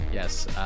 Yes